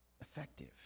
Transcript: effective